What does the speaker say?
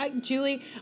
Julie